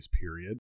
period